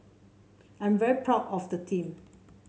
I'm very proud of the team